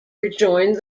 rejoined